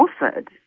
offered